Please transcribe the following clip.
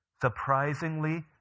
Surprisingly